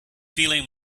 feeling